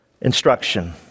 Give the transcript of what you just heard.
instruction